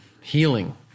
Healing